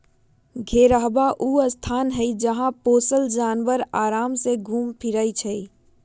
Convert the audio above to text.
घेरहबा ऊ स्थान हई जहा पोशल जानवर अराम से घुम फिरइ छइ